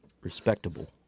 respectable